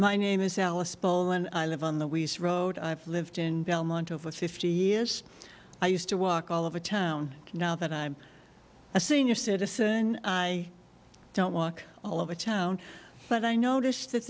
my name is alice paul and i live on the east road i've lived in belmont over fifty years i used to walk all over town now that i'm a senior citizen i don't walk all over town but i noticed that